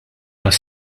għas